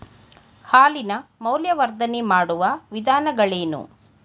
ಹಾಲಿನ ಮೌಲ್ಯವರ್ಧನೆ ಮಾಡುವ ವಿಧಾನಗಳೇನು?